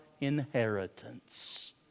inheritance